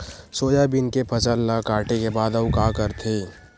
Soybean के फसल ल काटे के बाद आऊ का करथे?